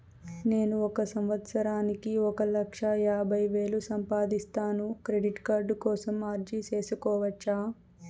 నేను ఒక సంవత్సరానికి ఒక లక్ష యాభై వేలు సంపాదిస్తాను, క్రెడిట్ కార్డు కోసం అర్జీ సేసుకోవచ్చా?